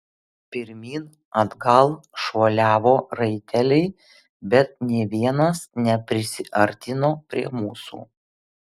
pirmyn atgal šuoliavo raiteliai bet nė vienas neprisiartino prie mūsų